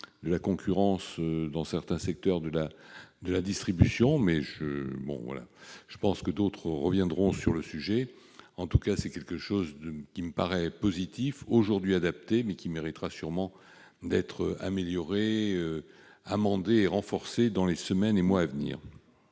de la concurrence dans certains secteurs de la distribution, mais je pense que d'autres reviendront sur le sujet. En tout cas, ce train de mesures me paraît positif et aujourd'hui adapté, mais il méritera sûrement d'être amélioré, amendé et renforcé dans les semaines et les mois à venir.